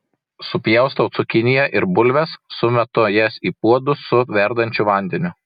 supjaustau cukiniją ir bulves sumetu jas į puodus su verdančiu vandeniu